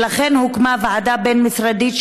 ולכן הוקמה ועדה בין-משרדית,